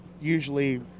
usually